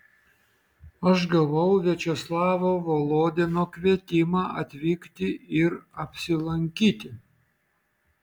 aš gavau viačeslavo volodino kvietimą atvykti ir apsilankyti